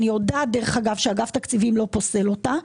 אני יודעת, דרך אגב, שאגף תקציבים לא פוסל אותה.